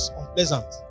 unpleasant